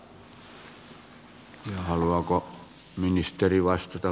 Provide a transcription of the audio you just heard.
haluaako ministeri vastata